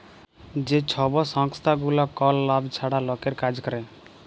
যে ছব সংস্থাগুলা কল লাভ ছাড়া লকের কাজ ক্যরে